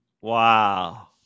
Wow